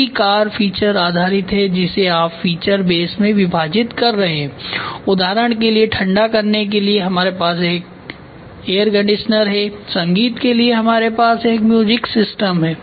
पूरी car feature आधारित है जिसे आप फीचर बेस में विभाजित कर रहे हैं उदाहरण के लिए ठंडा करने के लिए हमारे पास एक एयर कंडीशनर है संगीत के लिए हमारे पास एक म्यूजिक सिस्टम है